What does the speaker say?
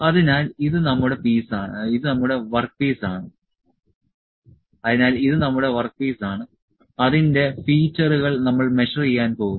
അതിനാൽ ഇത് നമ്മുടെ വർക്ക് പീസാണ് അതിന്റെ ഫീച്ചറുകൾ നമ്മൾ മെഷർ ചെയ്യാൻ പോകുന്നു